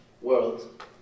world